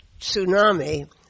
tsunami